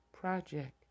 Project